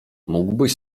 mógłbyś